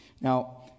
Now